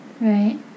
Right